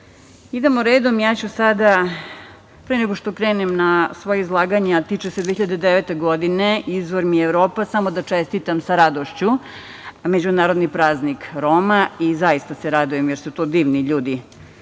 ne ponovilo se. Pre nego što krenem na svoje izlaganje, a tiče se 2009. godine, izvor mi je Evropa, samo da čestitam sa radošću međunarodni praznik Roma i zaista se radujem, jer su to divni ljudi